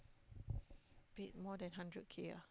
paid more than hundred K ah